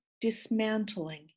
dismantling